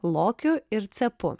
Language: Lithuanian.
lokiu ir cepu